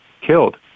killed